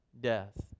death